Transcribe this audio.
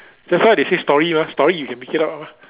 that's why they say story mah story you can make it up mah